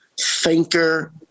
thinker